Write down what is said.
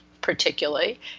particularly